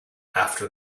after